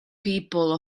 people